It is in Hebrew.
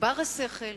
יגבר השכל,